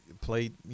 played